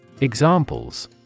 Examples